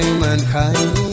mankind